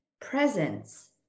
presence